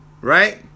Right